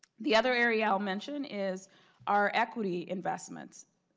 the other area i will mention is our equity investment.